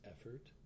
effort